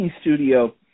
studio